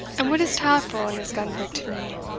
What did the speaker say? and what is taffril and his gun-brig to me?